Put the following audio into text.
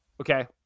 okay